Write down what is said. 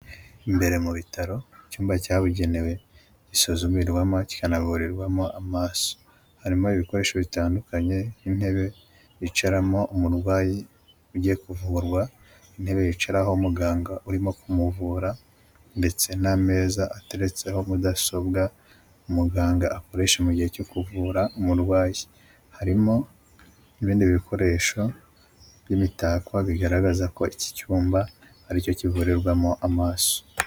Imbere mu bitaro icyumba cyabugenewe gisuzumirwama kikanavurirwamo amaso harimo ibikoresho bitandukanye nk'intebe bicaramo umurwayi ugiye kuvurwa ,intebe yicaraho muganga urimo kumuvura ndetse n'ameza ateretseho mudasobwa umuganga akoreshe mu mugihe cyo kuvura umurwayi harimo ibindi bikoresho by'imitako bigaragaza ko iki cyumba aricyo kivurirwamo amaso.